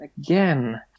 Again